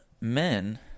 men